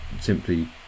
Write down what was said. simply